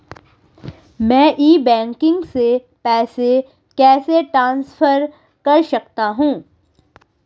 मैं e banking से पैसे कैसे ट्रांसफर कर सकता हूं?